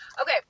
Okay